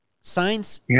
Science